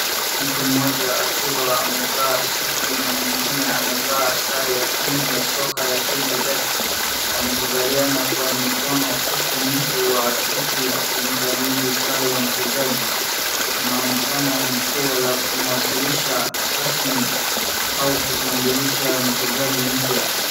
Mtu mmoja akiwa amevaa suti na mwingine amevaa sare ya timu ya soka ya KDF, wamekubaliana kwa mikono huku mtu wa suti akimkabidhi sare ya mchezaji, inaonekana ni tuo la kumwasilisha rasmi au kutambulisha mchezaji mpya.